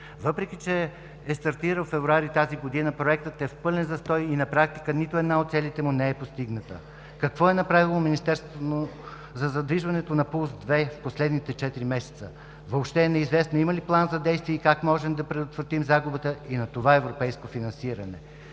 Въпреки че е стартирал през февруари тази година, проектът е в пълен застой и на практика нито една от целите му не е постигната. Какво е направило Министерството за задвижването на „Пулс 2“ в последните четири месеца? Неизвестно е въобще има ли план за действие и как можем да предотвратим загубата на това европейско финансиране?